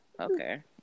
okay